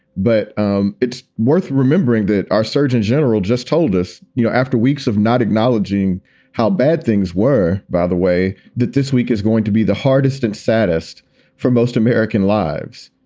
but um it's worth remembering that our surgeon general just told us, you know, after weeks of not acknowledging how bad things were, by the way, that this week is going to be the hardest and saddest for most american lives.